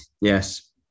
Yes